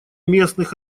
местных